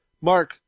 Mark